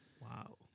Wow